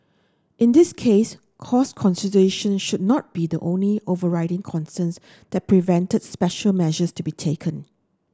in this case cost considerations should not be the only overriding concerns that prevented special measures to be taken